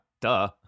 Duh